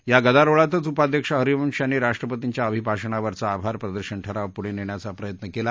या गदारोळातच उपाध्यक्ष हरिवंश यांनी राष्ट्रपतींच्या अभिभाषणावरचा आभार प्रदर्शन ठराव पुढे नेण्याचा प्रयत्न केला